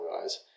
guys